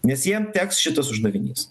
nes jiem teks šitas uždavinys